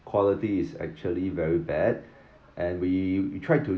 quality is actually very bad and we tried to